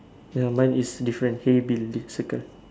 ya mine is different hey bill circle